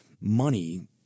money